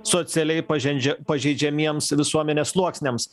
socialiai pažendžia pažeidžiamiems visuomenės sluoksniams